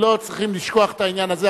לא צריכים לשכוח את העניין הזה.